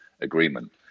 agreement